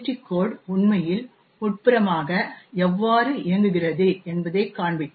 D code உண்மையில் உட்புறமாக எவ்வாறு இயங்குகிறது என்பதைக் காண்பிக்கும்